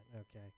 okay